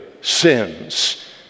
sins